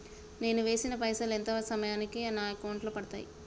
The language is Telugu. నేను వేసిన పైసలు ఎంత సమయానికి నా అకౌంట్ లో పడతాయి?